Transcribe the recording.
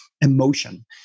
emotion